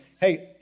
Hey